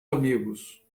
amigos